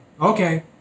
Okay